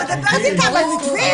ואת מדברת איתן על מתווים.